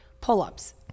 pull-ups